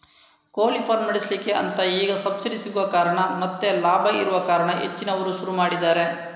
ಕೋಳಿ ಫಾರ್ಮ್ ನಡೆಸ್ಲಿಕ್ಕೆ ಅಂತ ಈಗ ಸಬ್ಸಿಡಿ ಸಿಗುವ ಕಾರಣ ಮತ್ತೆ ಲಾಭ ಇರುವ ಕಾರಣ ಹೆಚ್ಚಿನವರು ಶುರು ಮಾಡಿದ್ದಾರೆ